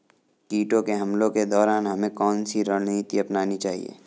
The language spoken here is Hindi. कीटों के हमलों के दौरान हमें कौन सी रणनीति अपनानी चाहिए?